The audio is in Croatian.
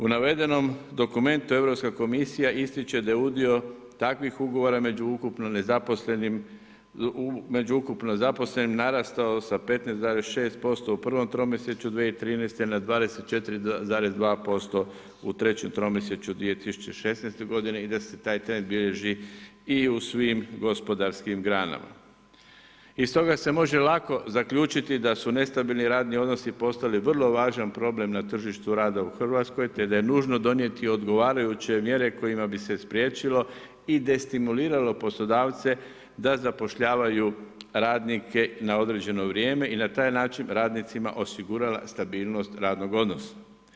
U navedenom dokumentu Europska komisija ističe da je udio takvih ugovora među ukupno zaposlenim narastao sa 15,6% u prvom tromjesečju 2013. na 24,2% u trećem tromjesečju 2016. g. i da se taj trend bilježi i u svim gospodarskim granama i stoga se može lako zaključiti da su nestabilni radni odnosi postali vrlo problem na tržištu rada u Hrvatskoj te da je nužno donijeti odgovarajuće mjere kojima bi se spriječilo i destimuliralo poslodavce da zapošljavaju radnike na određeno vrijeme i na taj način radnicima osigurala stabilnost radnog odnosa.